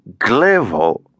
Glevo